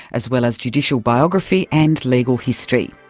as well as judicial biography and legal history.